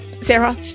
Sarah